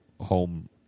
home